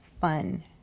fun